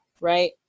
right